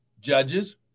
judges